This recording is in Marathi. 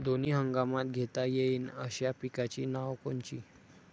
दोनी हंगामात घेता येईन अशा पिकाइची नावं कोनची?